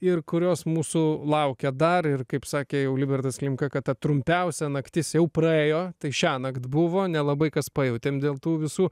ir kurios mūsų laukia dar ir kaip sakė jau libertas klimka kad ta trumpiausia naktis jau praėjo tai šiąnakt buvo nelabai kas pajautėm dėl tų visų